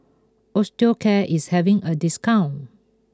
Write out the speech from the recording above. Osteocare is having a discount